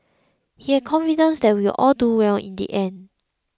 he had confidence that we all do well in the end